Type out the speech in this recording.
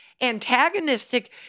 antagonistic